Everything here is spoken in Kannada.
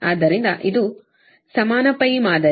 ಆದ್ದರಿಂದ ಇದು ಸಮಾನ π ಮಾದರಿ